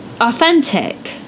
authentic